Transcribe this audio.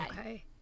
Okay